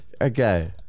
Okay